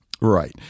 Right